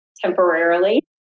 temporarily